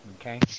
Okay